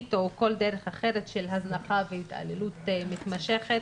או כל דרך אחרת של הזנחה והתעללות מתמשכת,